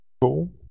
Cool